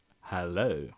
hello